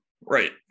Right